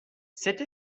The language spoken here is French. cette